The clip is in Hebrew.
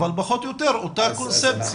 אבל פחות או יותר אותה קונספציה.